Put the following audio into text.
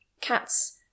cats